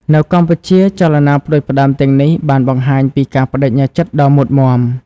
នៅកម្ពុជា ចលនាផ្តួចផ្តើមទាំងនេះបានបង្ហាញពីការប្តេជ្ញាចិត្តដ៏មុតមាំ។